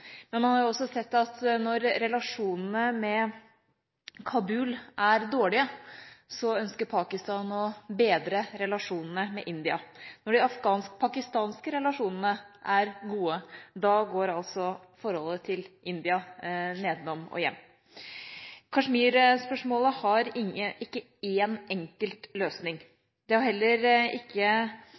Man har også sett at når relasjonene med Kabul er dårlige, ønsker Pakistan å bedre relasjonene med India. Når de afghansk-pakistanske relasjonene er gode, går forholdet til India nedenom og hjem. Kashmir-spørsmålet har ikke én enkelt løsning. Det har heller ikke